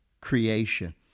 creation